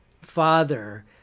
father